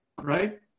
right